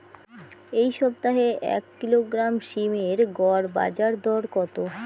এই সপ্তাহে এক কিলোগ্রাম সীম এর গড় বাজার দর কত?